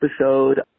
episode